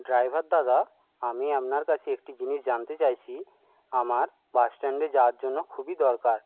driver দাদা আমি আপনার কাছে একটি জিনিস জানতে চাইছি আমার বাসস্ট্যান্ডে যাওয়ার জন্য খুবই দরকার